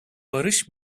barış